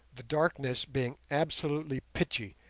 the darkness being absolutely pitchy,